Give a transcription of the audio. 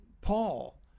paul